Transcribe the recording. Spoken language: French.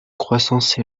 croissance